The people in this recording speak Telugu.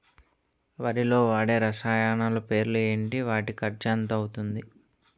వరిలో వాడే రసాయనాలు పేర్లు ఏంటి? వాటి ఖర్చు ఎంత అవతుంది?